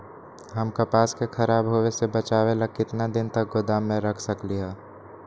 हम कपास के खराब होए से बचाबे ला कितना दिन तक गोदाम में रख सकली ह?